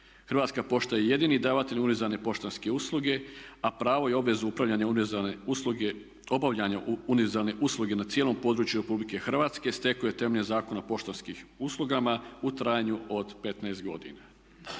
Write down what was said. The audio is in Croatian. Hrvatska pošta je jedini davatelj univerzalne poštanske usluge a pravo i obvezu upravljanja univerzalne usluge na cijelom području Republike Hrvatske stekao je temeljem Zakona o poštanskim uslugama u trajanju od 15 godina.